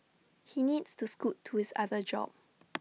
he needs to scoot to his other job